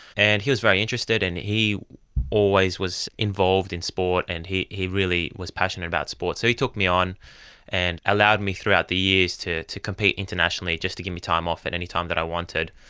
and he was very interested, and he always was involved in sport and he he really was passionate about sport. so he took me on and allowed me throughout the years to to compete internationally, just to give me time off any time that i wanted.